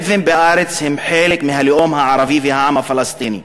הבדואים בארץ הם חלק מהלאום הערבי והעם הפלסטיני,